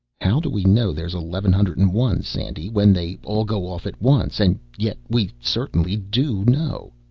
how do we know there's eleven hundred and one, sandy, when they all go off at once and yet we certainly do know.